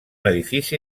edifici